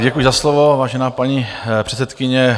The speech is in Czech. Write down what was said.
Děkuji za slovo, vážená paní předsedkyně.